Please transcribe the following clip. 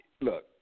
look